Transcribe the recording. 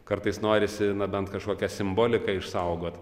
kartais norisi bent kažkokią simboliką išsaugot